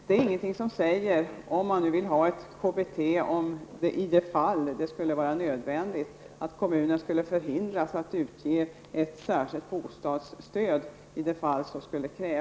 Om man vill ha KBT är det ingenting som hindrar kommunerna, om det skulle vara nödvändigt, att ge ett särskilt bostadsstöd.